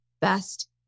best